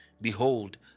Behold